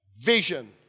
vision